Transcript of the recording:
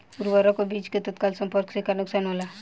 उर्वरक और बीज के तत्काल संपर्क से का नुकसान होला?